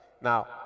now